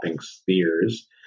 spheres